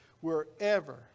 wherever